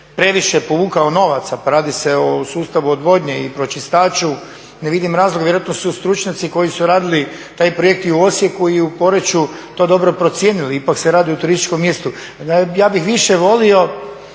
previše povukao novaca. Pa radi se o sustavu odvodnje i pročistaču, ne vidim razloga, vjerojatno su stručnjaci koji su radili taj projekt i u Osijeku i u Poreču to dobro procijenili. Ipak se radi o turističkom mjestu. Ja bih više volio